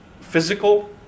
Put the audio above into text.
physical